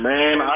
Man